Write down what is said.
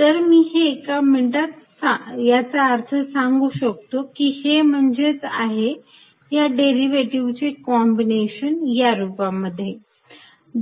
तर मी हे एका मिनिटात याचा अर्थ सांगू शकतो की हे म्हणजेच आहे या डेरिव्हेटिव्हचे कॉम्बिनेशन या रूपामध्ये